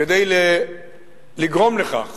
כדי לגרום לכך